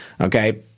okay